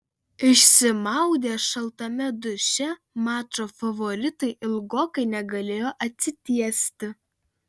išsimaudę šaltame duše mačo favoritai ilgokai negalėjo atsitiesti